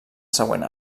següent